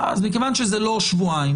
אז מכיוון שזה לא שבועיים,